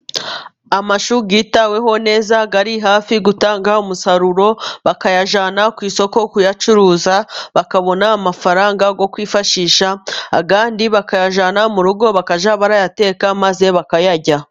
Amashu yitaweho neza ari hafi gutanga umusaruro bakayajyana ku isoko kuyacuruza bakabona amafaranga yo kwifashisha ayandi bakayajyana mu rugo bakajya bayateka maze bakayarya.